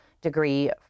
degree